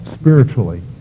spiritually